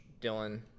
Dylan